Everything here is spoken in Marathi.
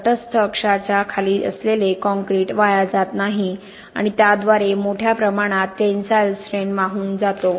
तटस्थ अक्षाच्या खाली असलेले काँक्रीट वाया जात नाही आणि त्याद्वारे मोठ्या प्रमाणात टेनसाईल स्ट्रैन वाहून जातो